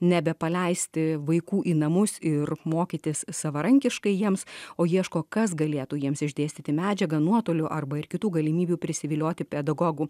nebepaleisti vaikų į namus ir mokytis savarankiškai jiems o ieško kas galėtų jiems išdėstyti medžiagą nuotoliu arba ir kitų galimybių prisivilioti pedagogų